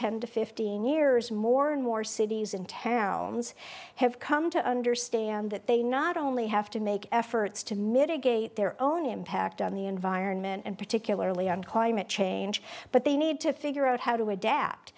ten to fifteen years more and more cities and towns have come to understand that they not only have to make efforts to mitigate their own impact on the environment and particularly on climate change but they need to figure out how to adapt